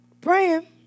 praying